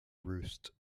roost